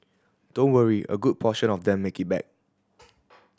don't worry a good portion of them make it back